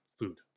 food